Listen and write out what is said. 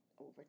over